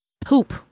poop